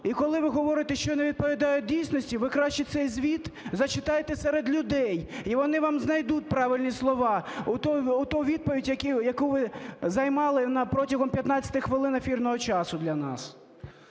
І коли ви говорите, що не відповідають дійсності, ви краще цей звіт зачитайте серед людей, і вони вам знайдуть правильні слова, ту відповідь, яку ви займали протягом 15 хвилин ефірного часу для нас.